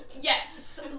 yes